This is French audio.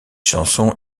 chanson